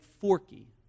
Forky